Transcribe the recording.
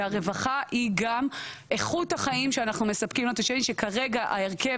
והרווחה היא גם איכות החיים שאנחנו מספקים לתושבים שכרגע ההרכב,